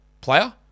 player